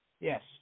Yes